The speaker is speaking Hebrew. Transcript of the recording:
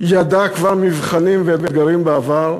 ידע כבר מבחנים ואתגרים בעבר.